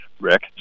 Rick